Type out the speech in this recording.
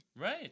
right